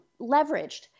leveraged